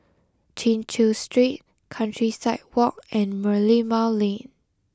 Chin Chew Street Countryside Walk and Merlimau Lane